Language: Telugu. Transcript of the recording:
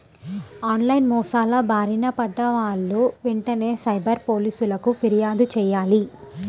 ఆన్ లైన్ మోసాల బారిన పడ్డ వాళ్ళు వెంటనే సైబర్ పోలీసులకు పిర్యాదు చెయ్యాలి